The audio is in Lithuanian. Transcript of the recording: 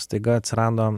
staiga atsirado